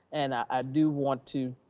and i do want to